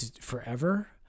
forever